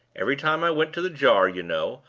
every time i went to the jar, you know,